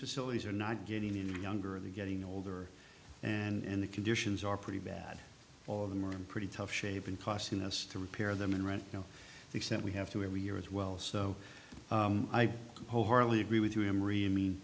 facilities are not getting any younger the getting older and the conditions are pretty bad all of them are in pretty tough shape in costing us to repair them in rent you know except we have to every year as well so i wholeheartedly agree with you emory mean